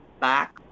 back